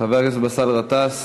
חבר הכנסת באסל גטאס